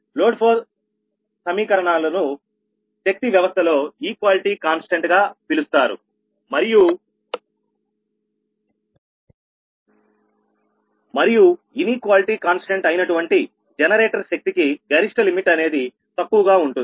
load flow సమీకరణాలను శక్తి వ్యవస్థలో ఈక్వాలిటీ కాన్స్టెంట్ గా పిలుస్తారు మరియు ఇనీక్వాలిటీ కాన్స్టెంట్ అయినటువంటి జనరేటర్ శక్తి కి గరిష్ట లిమిట్ అనేది తక్కువగా ఉంటుంది